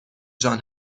جان